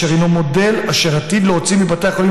אשר הינו מודל אשר עתיד להוציא מבתי החולים